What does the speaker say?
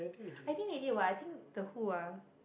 I think they did what I think the who ah